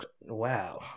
wow